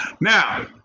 Now